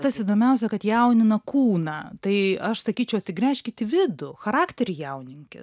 tas įdomiausia kad jaunina kūną tai aš sakyčiau atsigręžkit į vidų charakterį jauninkit